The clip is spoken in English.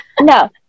No